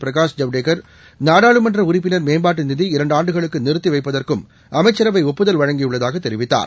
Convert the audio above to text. பிரகாஷ் ஜவ்டேகர் நாடாளுமன்ற உறுப்பினர் மேம்பாட்டு நிதி இரண்டு ஆண்டுகளுக்கு நிறுத்தி வைப்பதற்கும் அமைச்சரவை ஒப்புதல் வழங்கியுள்ளதாக தெரிவித்தார்